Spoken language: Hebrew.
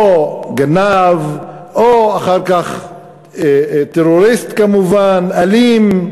או גנב, או אחר כך טרוריסט, כמובן, אלים,